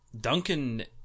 Duncan